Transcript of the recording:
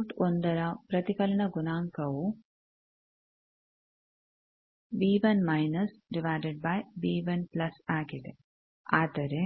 port 11 ರ ಪ್ರತಿಫಲನ ಗುಣಾಂಕವು ಆದರೆ